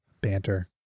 banter